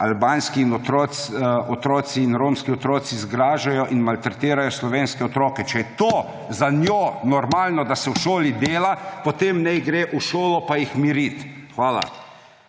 albanski otroci in romski otroci zgražajo in maltretirajo slovenske otroke – če je to za njo normalno, da se v šoli dela, potem naj gre v šolo pa jih miri! Hvala.